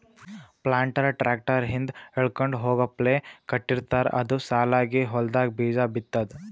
planter tractor ಹಿಂದ್ ಎಳ್ಕೊಂಡ್ ಹೋಗಪ್ಲೆ ಕಟ್ಟಿರ್ತಾರ್ ಅದು ಸಾಲಾಗ್ ಹೊಲ್ದಾಗ್ ಬೀಜಾ ಬಿತ್ತದ್